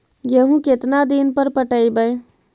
गेहूं केतना दिन पर पटइबै?